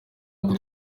uko